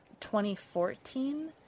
2014